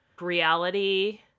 reality